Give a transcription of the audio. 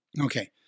Okay